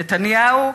נתניהו,